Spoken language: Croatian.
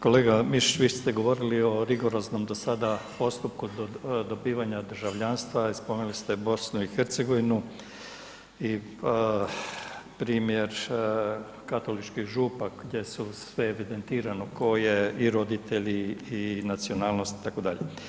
Kolega Mišić, vi ste govorili o rigoroznom do sada postupku dobivanja državljanstva i spomenuli ste BiH i primjer katoličkih župa gdje su sve evidentirano tko je i roditelji i nacionalnost itd.